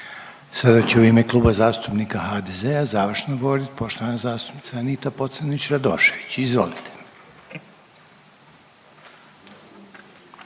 Sada će u ime Kluba zastupnika HDZ-a završno govoriti poštovana zastupnica Anita Pocrnić Radošević, izvolite.